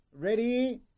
Ready